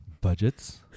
Budgets